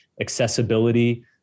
accessibility